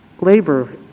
Labor